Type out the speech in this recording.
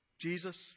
Jesus